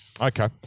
Okay